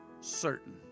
certain